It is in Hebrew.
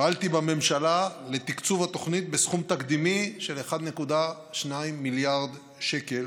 פעלתי בממשלה לתקצוב התוכנית בסכום תקדימי של 1.2 מיליארד שקל,